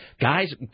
guys